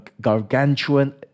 gargantuan